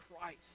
Christ